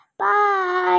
Bye